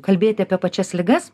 kalbėti apie pačias ligas